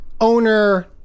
owner